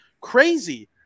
crazy